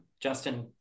Justin